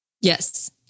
Yes